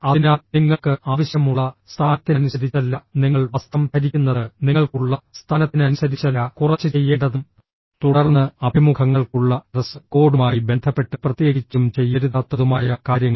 അതിനാൽ നിങ്ങൾക്ക് ആവശ്യമുള്ള സ്ഥാനത്തിനനുസരിച്ചല്ല നിങ്ങൾ വസ്ത്രം ധരിക്കുന്നത് നിങ്ങൾക്ക് ഉള്ള സ്ഥാനത്തിനനുസരിച്ചല്ല കുറച്ച് ചെയ്യേണ്ടതും തുടർന്ന് അഭിമുഖങ്ങൾക്കുള്ള ഡ്രസ് കോഡുമായി ബന്ധപ്പെട്ട് പ്രത്യേകിച്ചും ചെയ്യരുതാത്തതുമായ കാര്യങ്ങൾ